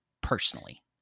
personally